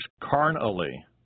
carnally